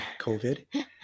COVID